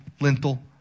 lintel